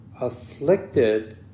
afflicted